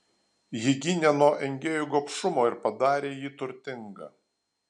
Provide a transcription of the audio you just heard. ji gynė nuo engėjų gobšumo ir padarė jį turtingą